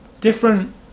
different